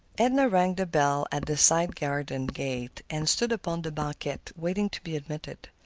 edna rang the bell at this side garden gate, and stood upon the banquette, waiting to be admitted.